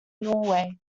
norway